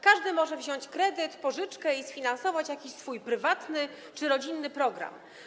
Każdy może wziąć kredyt, pożyczkę i sfinansować jakiś swój prywatny czy rodzinny program.